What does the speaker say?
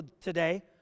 today